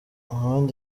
mohamed